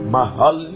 Mahal